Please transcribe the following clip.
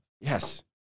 Yes